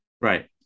Right